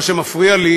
מה שמפריע לי